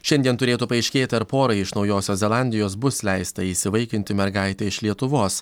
šiandien turėtų paaiškėti ar porai iš naujosios zelandijos bus leista įsivaikinti mergaitę iš lietuvos